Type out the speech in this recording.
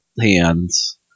hands